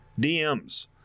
DMs